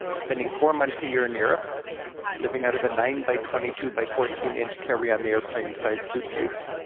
spending four months a year in europe living out of a nine by twenty two by fourteen inch carry-on-the-airplane-sized suitcase.